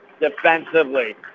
defensively